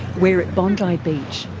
we're at bondi beach,